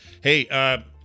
Hey